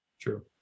True